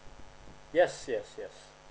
yes yes yes